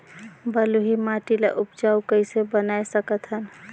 बलुही माटी ल उपजाऊ कइसे बनाय सकत हन?